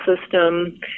system